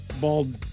bald